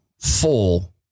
full